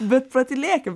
bet patylėkim